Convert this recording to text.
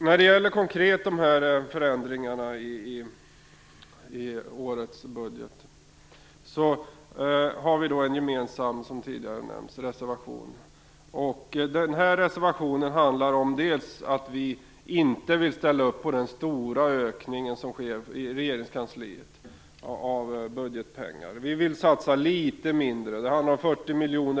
När det konkret gäller förändringarna i årets budget har vi en gemensam reservation, som tidigare nämndes. Den reservationen handlar om att vi inte vill ställa upp på den stora ökning av budgetpengar som anslås till regeringskansliet. Vi vill satsa litet mindre, och det handlar om 40 miljoner.